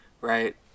right